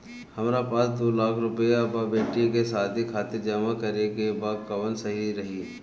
हमरा पास दू लाख रुपया बा बेटी के शादी खातिर जमा करे के बा कवन सही रही?